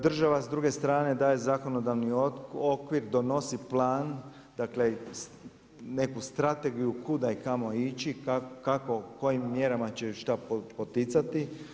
Država s druge strane daje zakonodavni okvir, donosi plan, dakle neku strategiju kuda i kamo ići, kako, kojim mjerama će šta poticati.